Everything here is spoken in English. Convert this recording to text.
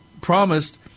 promised